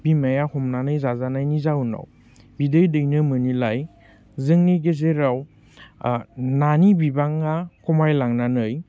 बिमाया हमनानै जाजानायनि जाउनाव बिदै दैनो मोनिलाय जोंनि गेजेराव नानि बिबाङा खमायलांनानै